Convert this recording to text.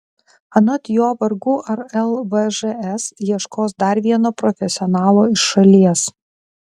anot jo vargu ar lvžs ieškos dar vieno profesionalo iš šalies